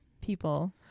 people